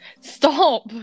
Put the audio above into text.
Stop